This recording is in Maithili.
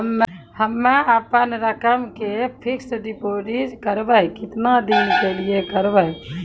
हम्मे अपन रकम के फिक्स्ड डिपोजिट करबऽ केतना दिन के लिए करबऽ?